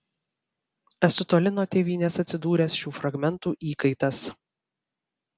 esu toli nuo tėvynės atsidūręs šių fragmentų įkaitas